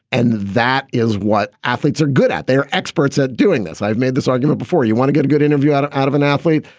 and. that is what athletes are good at, they are experts at doing this. i've made this argument before. you want to get a good interview out of out of an athlete.